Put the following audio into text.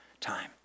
time